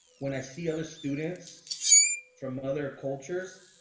when i see other students from other cultures.